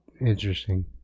interesting